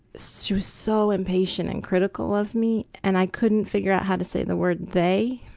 she was so impatient and critical of me and i couldn't figure out how to say the word they.